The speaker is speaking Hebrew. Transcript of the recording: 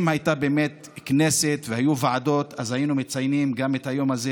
אם באמת הייתה כנסת והיו ועדות אז היינו מציינים גם את היום הזה,